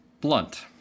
blunt